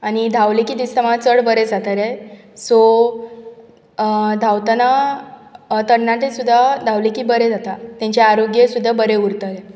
आनी धांवलीं की दिसता म्हाका चड बरें जातलें सो धांवतना तरणाटीं सुद्दां धांवली कीं बरें जाता तांचें आरोग्य सुद्दां बरें उरतलें